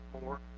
more